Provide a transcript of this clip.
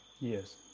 Yes